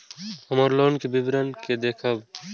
हम लोन के विवरण के देखब?